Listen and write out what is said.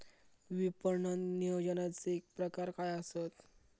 विपणन नियोजनाचे प्रकार काय आसत?